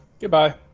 Goodbye